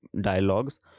dialogues